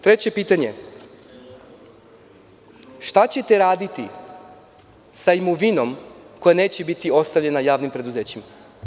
Treće pitanje – šta ćete raditi sa imovinom koja neće biti ostavljena javnim preduzećima?